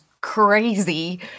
crazy